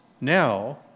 now